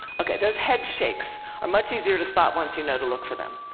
okay, those head shakes are much easier to spot once you know to look for them.